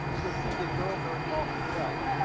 you'll see that girls are involved as well.